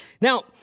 Now